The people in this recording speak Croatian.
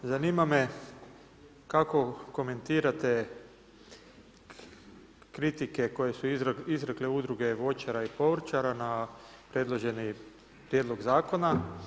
Zanima me kako komentirate kritike, koji su izrekle udruge voćara i povrćara, na predloženi prijedlog zakona.